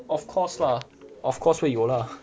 of course lah of course 会有 lah